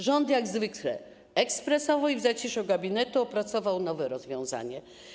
Rząd jak zwykle ekspresowo i w zaciszu gabinetu opracował nowe rozwiązanie.